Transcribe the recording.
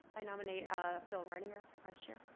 i nominate ah phil reitiner for vice chair.